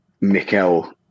Mikel